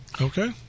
Okay